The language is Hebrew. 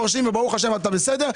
חורשים וברוך השם אתה בסדר.